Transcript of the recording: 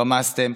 רמסתם.